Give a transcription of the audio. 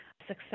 success